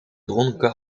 dronken